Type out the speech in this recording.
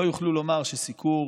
לא יוכלו לומר שסיקור